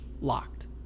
locked